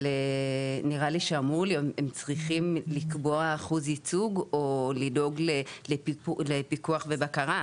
אבל נראה לי שהם צריכים לקבוע אחוז ייצוג או לדאוג לפיקוח ובקרה,